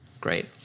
great